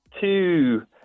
two